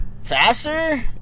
Faster